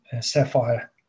sapphire